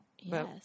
Yes